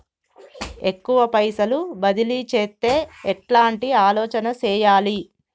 ఎక్కువ పైసలు బదిలీ చేత్తే ఎట్లాంటి ఆలోచన సేయాలి?